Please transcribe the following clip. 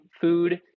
food